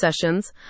sessions